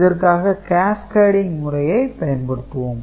இதற்காக Cascading முறையை பயன்படுத்துவோம்